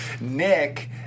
nick